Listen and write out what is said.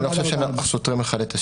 אני לא חושב שאנחנו סותרים אחד את השני.